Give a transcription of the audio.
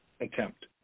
attempt